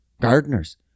gardeners